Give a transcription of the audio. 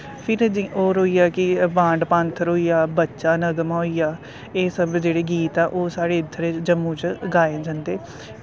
फिर होर होइया कि बांड पान्थर होइया बच्चा नगमा होइया एह् सब जेह्ड़े गीत ऐ ओह् साढ़े इध्दर जम्मू च गाए जंदे